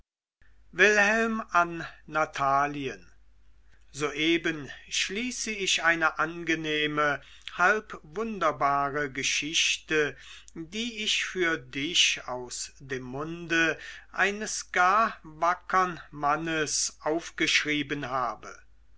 wilhelm an natalien soeben schließe ich eine angenehme halb wunderbare geschichte die ich für dich aus dem munde eines gar wackern mannes aufgeschrieben habe